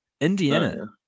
Indiana